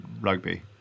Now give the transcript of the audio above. rugby